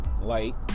light